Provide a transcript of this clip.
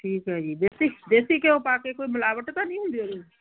ਠੀਕ ਹੈ ਜੀ ਦੇਸੀ ਦੇਸੀ ਘਿਓ ਪਾ ਕੇ ਕੋਈ ਮਿਲਾਵਟ ਤਾਂ ਨਹੀਂ ਹੁੰਦੀ ਹੋਣੀ